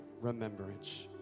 remembrance